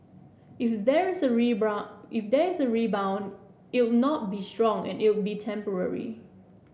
if there's a rebound if there's a rebound it'll not be strong and it'll be temporary